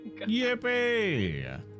yippee